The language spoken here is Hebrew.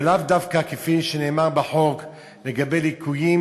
ולאו דווקא כפי שנאמר בחוק לגבי ליקויים